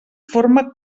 forma